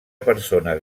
persones